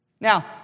Now